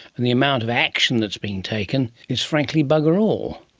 and the amount of action that is being taken is frankly bugger all.